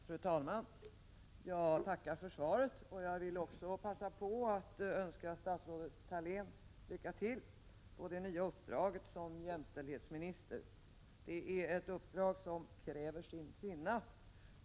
Fru talman! Jag tackar för svaret. Jag vill också passa på att önska statsrådet Thalén lycka till i det nya uppdraget som jämställdhetsminister. Det är ett uppdrag som kräver sin kvinna.